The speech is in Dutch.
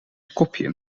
kopje